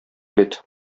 бит